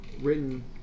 written